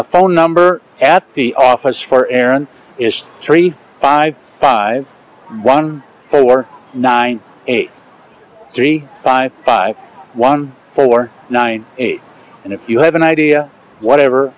the phone number at the office for aaron is three five five one dollar ninety eight three five five one four nine eight and if you have an idea whatever